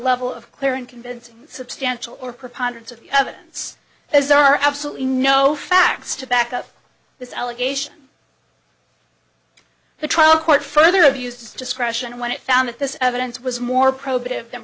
level of clear and convincing substantial or preponderance of evidence those are absolutely no facts to back up this allegation the trial court further abused its discretion when it found that this evidence was more probative th